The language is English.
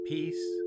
Peace